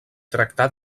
tractar